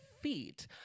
feet